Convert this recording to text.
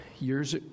Years